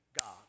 God